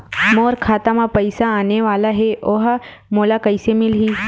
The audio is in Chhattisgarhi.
मोर खाता म पईसा आने वाला हे ओहा मोला कइसे मिलही?